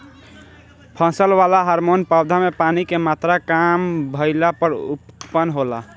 फसल वाला हॉर्मोन पौधा में पानी के मात्रा काम भईला पर उत्पन्न होला